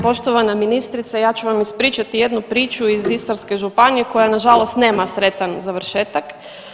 Poštovana ministrice, ja ću vam ispričati jednu priču iz Istarske županije koja nažalost nema sretan završetak.